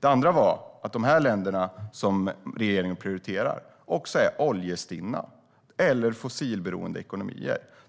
Den andra var att de här länderna, som regeringen prioriterar, också är oljestinna eller fossilberoende ekonomier.